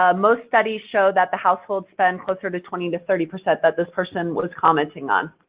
ah most studies show that the households spend closer to twenty to thirty percent, that this person was commenting on.